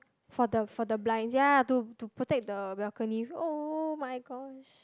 for the for the blinds ya to to protect the balcony oh-my-gosh